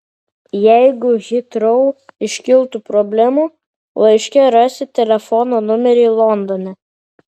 jeigu hitrou iškiltų problemų laiške rasit telefono numerį londone